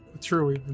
true